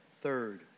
third